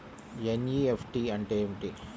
NEFT అంటే ఏమిటీ?